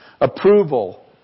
approval